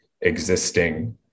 existing